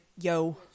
Yo